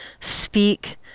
speak